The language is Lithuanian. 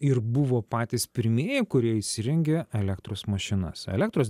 ir buvo patys pirmieji kurie įsirengė elektros mašinas elektros